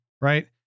right